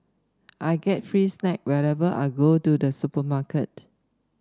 I get free snack whenever I go to the supermarket